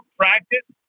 practice